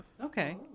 Okay